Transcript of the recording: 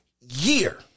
year